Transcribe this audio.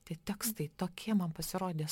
tie tekstai tokie man pasirodė